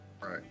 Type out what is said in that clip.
Right